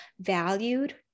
valued